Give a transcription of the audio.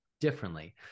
differently